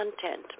content